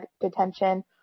detention